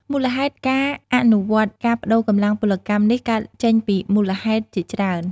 មូលហេតុការអនុវត្តការប្តូរកម្លាំងពលកម្មនេះកើតចេញពីមូលហេតុជាច្រើន